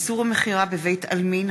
(איסור מכירה בבית-עלמין),